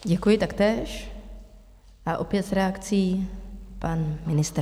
Děkuji taktéž a opět s reakcí pan ministr.